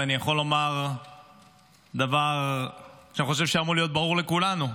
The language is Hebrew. ואני יכול לומר דבר שאני חושב שאמור להיות ברור לכולנו: